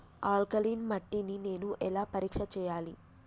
Alkaline మట్టి ని నేను ఎలా పరీక్ష చేయాలి?